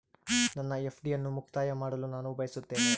ನನ್ನ ಎಫ್.ಡಿ ಅನ್ನು ಮುಕ್ತಾಯ ಮಾಡಲು ನಾನು ಬಯಸುತ್ತೇನೆ